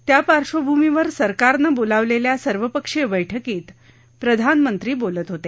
त्या पार्श्वभूमीवर सरकारनं बोलावलेल्या सर्वपक्षीय बैठकीत प्रधानमंत्री बोलत होते